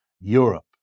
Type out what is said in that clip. Europe